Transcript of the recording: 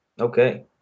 Okay